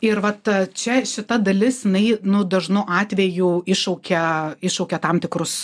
ir vat čia šita dalis jinai nu dažnu atveju iššaukia iššaukia tam tikrus